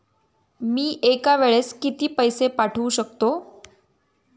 मी एका वेळेस किती पैसे पाठवू शकतो?